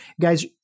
Guys